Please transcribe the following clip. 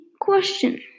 question